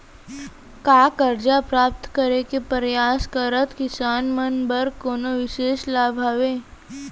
का करजा प्राप्त करे के परयास करत किसान मन बर कोनो बिशेष लाभ हवे?